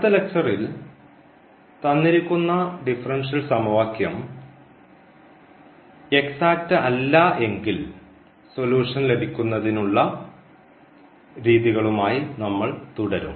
അടുത്ത ലെക്ച്ചറിൽ തന്നിരിക്കുന്ന ഡിഫറൻഷ്യൽ സമവാക്യം എക്സാക്റ്റ് അല്ലായെങ്കിൽ സൊല്യൂഷൻ ലഭിക്കുന്നതിന്ഉള്ള രീതികളുമായി നമ്മൾ തുടരും